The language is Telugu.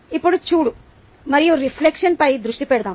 ఇప్పుడు చూడు మరియు రిఫ్లెక్షన్పై దృష్టి పెడదాం